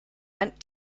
went